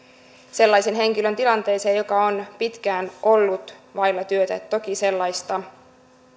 sellaisen henkilön tilanteeseen joka on pitkään ollut vailla työtä toki sellaista